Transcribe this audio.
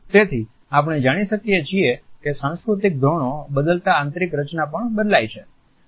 તેથી આપણે જાણી શકીએ છીએ કે સાંસ્કૃતિક ધોરણો બદલતા આંતરિક રચના પણ બદલાય જાય છે